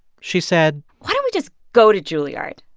she said. why don't we just go to juilliard?